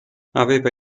aveva